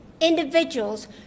individuals